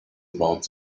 about